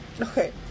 okay